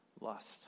lust